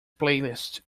playlist